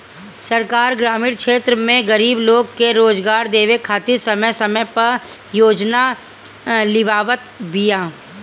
सरकार ग्रामीण क्षेत्र में गरीब लोग के रोजगार देवे खातिर समय समय पअ परियोजना लियावत बिया